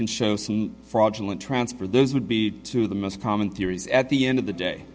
can show some fraudulent transfer those would be to the most common theories at the end of the day